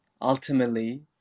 ultimately